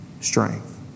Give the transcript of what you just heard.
strength